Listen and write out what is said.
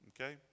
okay